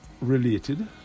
related